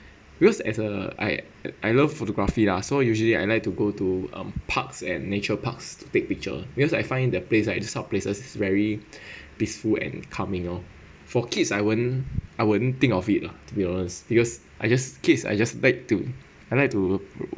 because as a I I love photography lah so usually I like to go to um parks and nature parks to take picture because I find that place right place this kind of places is very peaceful and calming oh for kids I wouldn't I wouldn't think of it lah to be honest because I just kids I just back to I like to